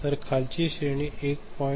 तर खालची श्रेणी 1